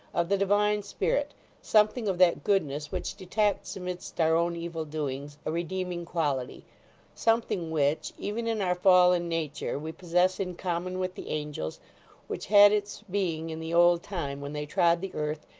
of the divine spirit something of that goodness which detects amidst our own evil doings, a redeeming quality something which, even in our fallen nature, we possess in common with the angels which had its being in the old time when they trod the earth,